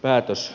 päätös